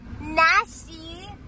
nasty